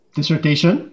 Dissertation